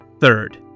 Third